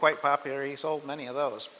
quite popular he sold many of those